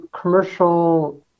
commercial